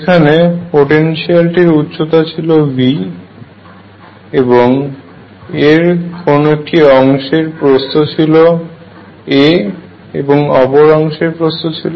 যেখানে পোটেনশিয়ালটির উচ্চতা ছিল V এবং এর কোন একটি অংশের প্রস্ত ছিল a এবং অপর অংশের প্রস্থ b ছিল